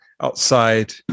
outside